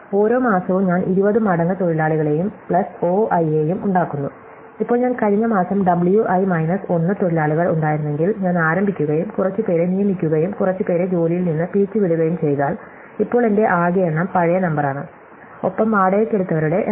ഓരോ മാസവും ഞാൻ 20 മടങ്ങ് തൊഴിലാളികളെയും പ്ലസ് O i യെയും ഉണ്ടാക്കുന്നു ഇപ്പോൾ ഞാൻ കഴിഞ്ഞ മാസം W i മൈനസ് 1 തൊഴിലാളികൾ ഉണ്ടായിരുന്നെങ്കിൽ ഞാൻ ആരംഭിക്കുകയും കുറച്ച് പേരെ നിയമിക്കുകയും കുറച്ച് പേരെ ജോലിയിൽ നിന്ന് പിരിച്ചുവിടുകയും ചെയ്താൽ ഇപ്പോൾ എന്റെ ആകെ എണ്ണം പഴയ നമ്പറാണ് ഒപ്പം വാടകയ്ക്കെടുത്തവരുടെ എണ്ണവും